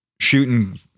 shooting